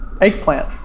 eggplant